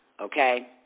Okay